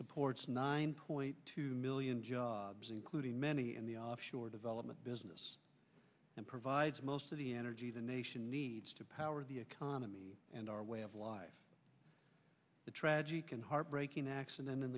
supports nine point two million jobs including many in the offshore development business and provides most of the energy the nation needs to power the economy and our way of life the tragic and heartbreaking accident in